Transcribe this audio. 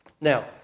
Now